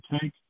take